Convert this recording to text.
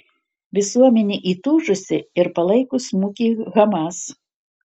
visuomenė įtūžusi ir palaiko smūgį hamas